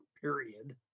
period